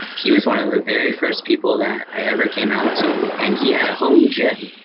he was one of the very first people that i ever came out to. and he had a home gym.